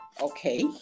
Okay